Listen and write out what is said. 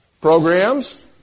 Programs